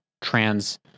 trans